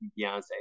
Beyonce